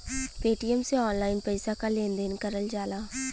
Paytm से online पइसा क लेन देन करल जाला